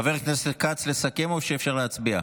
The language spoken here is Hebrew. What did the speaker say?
חבר הכנסת כץ, לסכם או שאפשר להצביע?